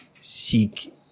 seek